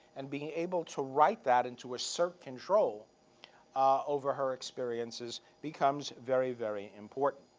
and being able to write that and to assert control over her experiences becomes very, very important.